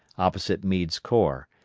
opposite meade's corps,